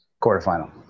quarterfinal